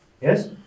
Yes